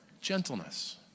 Gentleness